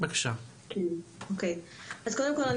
קודם כל,